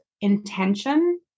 intention